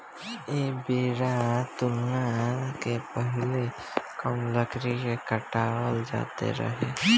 ऐ बेरा तुलना मे पहीले कम लकड़ी के काटल जात रहे